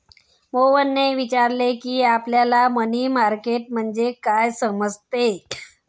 मोहनने विचारले की, आपल्याला मनी मार्केट म्हणजे काय समजते?